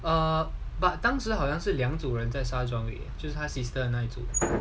err but 当时好像是两组人在杀 john wick 就是他 sister 的那组